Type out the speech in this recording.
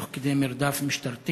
נהרג תוך כדי מרדף משטרתי.